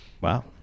Wow